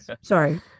Sorry